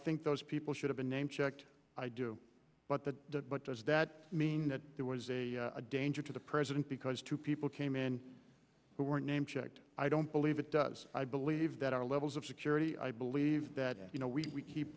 think those people should have a name checked i do but the but does that mean that there was a danger to the president because two people came in who were named checked i don't believe it does i believe that our levels of security i believe that you know we keep